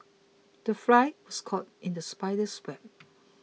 the fly was caught in the spider's web